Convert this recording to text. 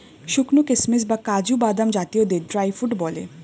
শুকানো কিশমিশ বা কাজু বাদাম জাতীয়দের ড্রাই ফ্রুট বলে